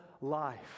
life